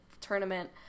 tournament